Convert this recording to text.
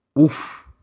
Oof